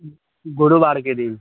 गुरुवारके दिन